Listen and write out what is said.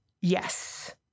Yes